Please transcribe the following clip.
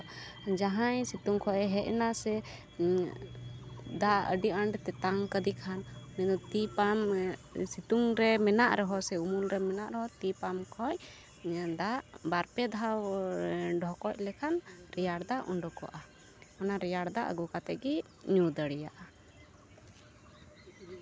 ᱡᱟᱦᱟᱸᱭ ᱥᱤᱛᱩᱝ ᱠᱷᱚᱱᱼᱮᱭ ᱦᱮᱡᱱᱟ ᱥᱮ ᱫᱟᱜ ᱟᱹᱰᱤ ᱟᱸᱴ ᱛᱮᱛᱟᱝ ᱠᱟᱫᱮ ᱠᱷᱟᱱ ᱩᱱᱤ ᱫᱚ ᱛᱤ ᱯᱟᱢᱯ ᱥᱤᱛᱩᱝ ᱨᱮ ᱢᱮᱱᱟᱜ ᱨᱮᱦᱚᱸ ᱥᱮ ᱩᱢᱩᱞ ᱨᱮ ᱢᱮᱱᱟᱜ ᱨᱮᱦᱚᱸ ᱛᱤ ᱯᱟᱢᱯ ᱠᱷᱚᱱ ᱫᱟᱜ ᱵᱟᱨᱼᱯᱮ ᱫᱷᱟᱣ ᱰᱷᱚᱠᱚᱡ ᱞᱮᱠᱷᱟᱱ ᱨᱮᱭᱟᱲ ᱫᱟᱜ ᱩᱰᱩᱠᱚᱜᱼᱟ ᱚᱱᱟ ᱨᱮᱭᱟᱲ ᱫᱟᱜ ᱟᱹᱜᱩ ᱠᱟᱛᱮᱫ ᱜᱮ ᱧᱩ ᱫᱟᱲᱮᱭᱟᱜᱼᱟ